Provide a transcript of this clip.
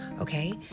okay